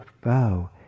bow